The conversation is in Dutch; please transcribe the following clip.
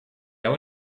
jou